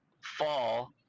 fall